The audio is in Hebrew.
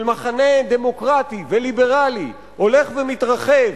של מחנה דמוקרטי וליברלי הולך ומתרחב,